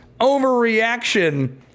overreaction